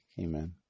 Amen